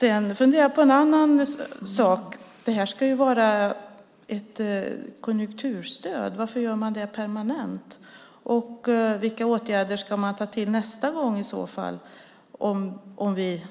Jag har funderat på en annan sak. Detta ska vara ett konjunkturstöd. Varför gör man det permanent? Vilka åtgärder ska man ta till nästa gång i så fall om vi,